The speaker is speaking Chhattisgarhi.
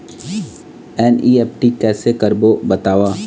एन.ई.एफ.टी कैसे करबो बताव?